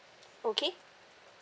okay